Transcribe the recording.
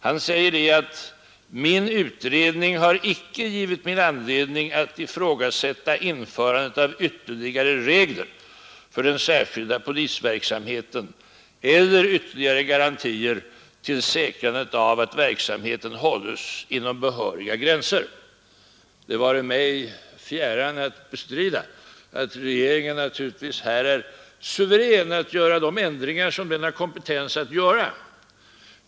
Han säger: ”Min utredning har icke givit mig anledning att ifrågasätta införandet av ytterligare regler för den särskilda polisverksamheten eller ytterligare garantier till säkrandet av att verksamheten hålls inom behöriga gränser.” Det vare mig fjärran att bestrida att regeringen är suverän att göra de ändringar som den har kompetens att göra.